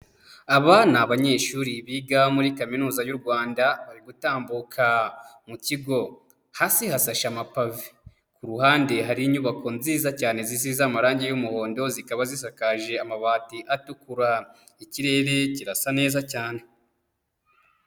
Aba ni abanyeshuri biga muri Kaminuza y'u Rwanda bari gutambuka mu kigo, hasi hasashe amapave ku ruhande hari inyubako nziza cyane zisize amarange y'umuhondo zikaba zisakaje amabati atukura, ikirere kirasa neza cyane.